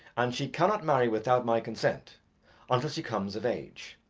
and she cannot marry without my consent until she comes of age.